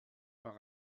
par